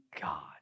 God